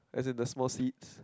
as in the small seats